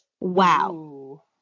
Wow